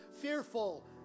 fearful